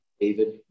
David